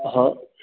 हा